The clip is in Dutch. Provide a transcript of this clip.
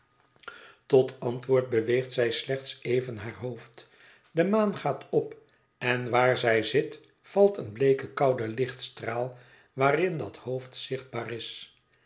tot antwoord beweegt zij slechts even haar hoofd de maan gaat op en waar zij zit valt een bleeke koude lichtstraal waarin dat hoofd zichtbaar is